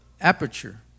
aperture